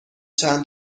چند